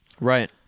Right